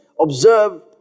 Observe